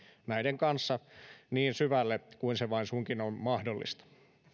näiden kanssa niin syvälle kuin se vain suinkin on mahdollista